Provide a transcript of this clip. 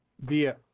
via